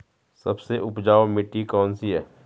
सबसे उपजाऊ मिट्टी कौन सी है?